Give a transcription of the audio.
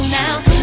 now